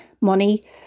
money